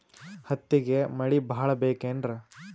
ಹತ್ತಿಗೆ ಮಳಿ ಭಾಳ ಬೇಕೆನ್ರ?